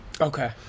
Okay